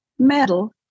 metal